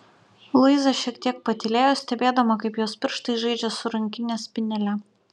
luiza šiek tiek patylėjo stebėdama kaip jos pirštai žaidžia su rankinės spynele